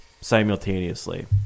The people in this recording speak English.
simultaneously